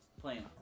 Playing